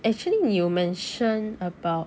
actually you mentioned about